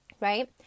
right